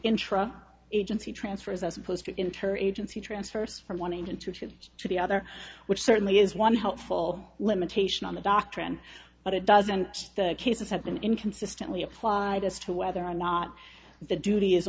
intra agency transfers as opposed to inter agency transfers from one engine to shift to the other which certainly is one helpful limitation on the doctrine but it doesn't the cases have been in consistently applied as to whether or not the duty is